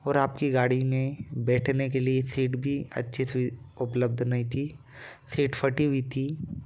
और आपकी गाड़ी में बैठने के लिए सीट भी अच्छी सी उपलब्ध नहीं थी सीट फटी हुई थी